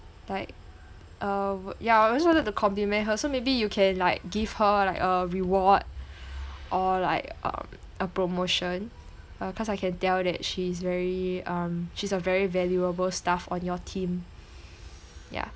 like um ya I just wanted to compliment her so maybe you can like give her like a reward or like um a promotion uh cause I can tell that she's very um she's a very valuable staff on your team ya